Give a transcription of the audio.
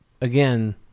again